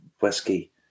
whiskey